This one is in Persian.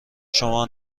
شما